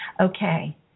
Okay